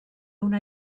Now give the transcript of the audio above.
una